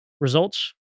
results